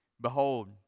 Behold